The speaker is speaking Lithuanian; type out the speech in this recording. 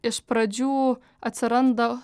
iš pradžių atsiranda